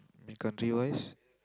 mean country wise